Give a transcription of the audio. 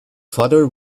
father